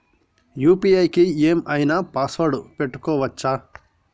UPI కి ఏం ఐనా పాస్వర్డ్ పెట్టుకోవచ్చా?